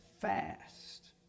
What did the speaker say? fast